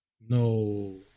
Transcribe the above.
No